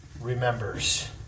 remembers